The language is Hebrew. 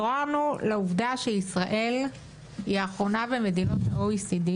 התעוררנו לעובדה שישראל היא האחרונה במדינות ה-OECD,